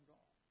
God